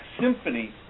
symphony